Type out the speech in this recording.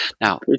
Now